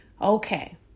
Okay